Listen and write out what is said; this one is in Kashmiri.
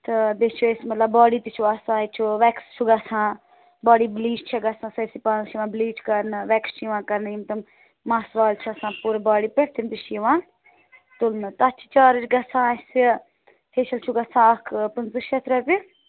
تہٕ بیٚیہِ چھِ أسۍ مطلب باڈی تہِ چھِ آسان ییٚتہِ چھُ ویٚکٕس چھُو گژھان باڈی بٕلیٖچ چھِ گژھان سٲرسٕے پانَس چھِ یِوان بٕلیٖچ کَرنہٕ وٮ۪کٕس چھِ یِوان کَرنہٕ یِم تم مَس وال چھِ آسان پوٗرٕ باڈی پٮ۪ٹھ تِم تہِ چھِ یِوان تُلنہٕ تَتھ چھِ چارٕج گژھان اَسہِ فیشیٚل چھُ گژھان اَکھ پٕنٛژٕ شیٚتھ رۄپیہِ